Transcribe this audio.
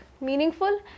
meaningful